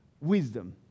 wisdom